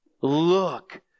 look